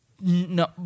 No